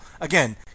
again